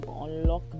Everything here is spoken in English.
unlock